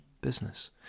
business